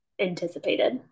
anticipated